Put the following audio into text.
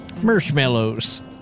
marshmallows